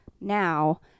now